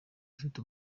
afite